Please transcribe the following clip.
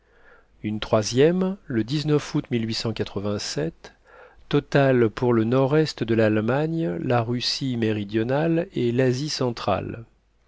une troisième le août totale pour le nord-est de l'allemagne la russie méridionale et l'asie centrale